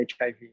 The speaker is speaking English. HIV